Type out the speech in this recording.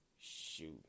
Shoot